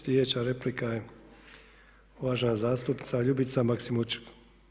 Sljedeća replika je uvažena zastupnica Ljubica Kasimčuk.